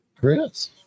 Chris